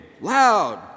loud